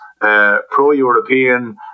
pro-European